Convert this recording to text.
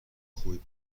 خوبی